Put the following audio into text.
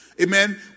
Amen